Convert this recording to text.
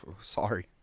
Sorry